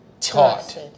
taught